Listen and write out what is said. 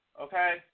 okay